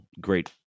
great